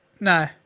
no